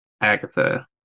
Agatha